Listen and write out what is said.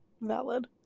Valid